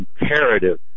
imperative